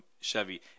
Chevy